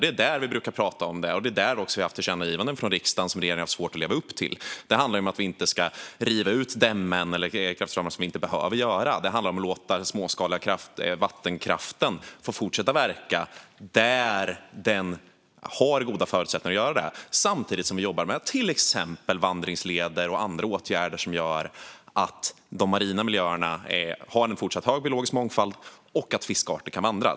Det är där vi brukar prata om det, och det är också där vi har haft tillkännagivanden från riksdagen som regeringen har haft svårt att leva upp till. Det handlar om att vi inte ska riva ut dämmen eller kraftverksdammar om det inte behövs. Det handlar om att låta den småskaliga vattenkraften få fortsätta att verka där den har goda förutsättningar att göra det samtidigt som vi jobbar med till exempel vandringsleder och andra åtgärder som gör att de marina miljöerna har en fortsatt hög biologisk mångfald och att fiskarter kan vandra.